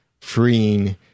freeing